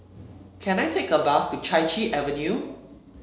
can I take a bus to Chai Chee Avenue